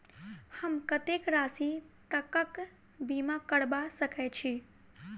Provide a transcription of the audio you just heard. हम कत्तेक राशि तकक बीमा करबा सकै छी?